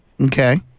Okay